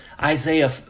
Isaiah